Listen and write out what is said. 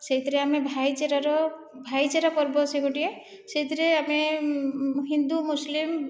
ସେଥିରେ ଆମେ ଭାଇଚାରାର ଭାଇଚାରା ପର୍ବ ସେ ଗୋଟିଏ ସେଥିରେ ଆମେ ହିନ୍ଦୁ ମୁସଲିମ